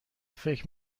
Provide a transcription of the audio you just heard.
فکر